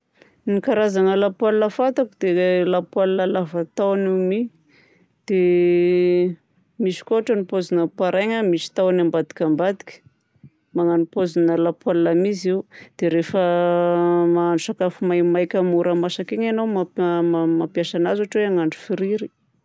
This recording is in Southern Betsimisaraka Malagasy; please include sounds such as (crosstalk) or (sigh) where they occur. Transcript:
Ny karazagna lapoaly fantako dia lapoaly lava taho mia, dia (hesitation) misy koa ohatran'ny paozina paraigna misy tahony ambadika ambadika magnano paozina lapoaly mia izy io. Dia rehefa (hesitation) mahandro sakafo maimaika mora masaka iny ianao no mamp- mampiasa anazy ohatra hoe mahandro friry.